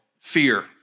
fear